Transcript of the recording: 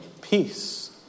peace